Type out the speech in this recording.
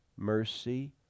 Mercy